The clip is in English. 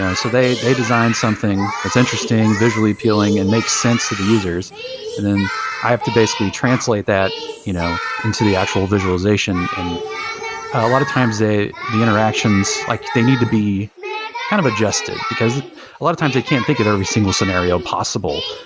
so they they design something that's interesting, visually appealing and makes sense to the users and then i have to basically translate that you know into the actual visualization. and a lot of times, the interactions, like they need to be kind of adjusted. because a lot of times, they can't think of every single scenario possible.